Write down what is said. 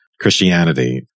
Christianity